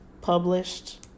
published